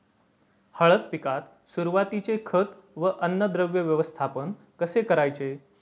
हळद पिकात सुरुवातीचे खत व अन्नद्रव्य व्यवस्थापन कसे करायचे?